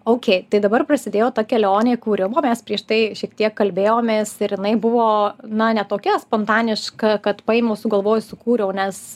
oukei tai dabar prasidėjo ta kelionė kūrimo mes prieš tai šiek tiek kalbėjomės ir jinai buvo na ne tokia spontaniška kad paimus sugalvoju sukūriau nes